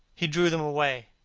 he drew them away,